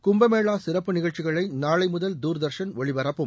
கும்பமேளா சிறப்பு நிகழ்ச்சிகளை நாளை முதல் துர்தர்ஷன் ஒளிபரப்பும்